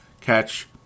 Catch